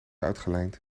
uitgelijnd